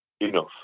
enough